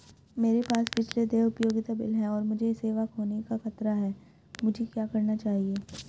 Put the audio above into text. मेरे पास पिछले देय उपयोगिता बिल हैं और मुझे सेवा खोने का खतरा है मुझे क्या करना चाहिए?